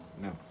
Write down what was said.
No